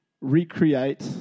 recreate